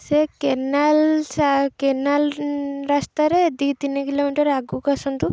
ସେ canal canal ରାସ୍ତାରେ ଦୁଇ ତିନି କିଲୋମିଟର ଆଗକୁ ଆସନ୍ତୁ